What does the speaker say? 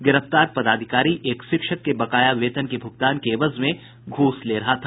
गिरफ्तार पदाधिकारी एक शिक्षक के बकाया वेतन के भुगतान के एवज में घूस ले रहा था